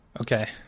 Okay